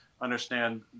understand